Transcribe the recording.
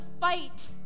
fight